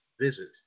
visit